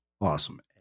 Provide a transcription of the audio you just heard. Awesome